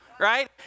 Right